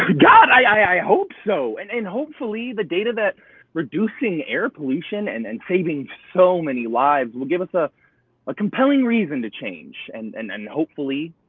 god, i hope so. and and, hopefully, the data that reducing air pollution and and saving so many lives will give us a ah compelling reason to change. and and and, hopefully,